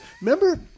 Remember